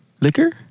Liquor